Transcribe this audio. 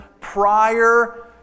prior